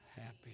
happy